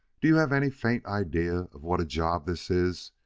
do you have any faint idea of what a job this is?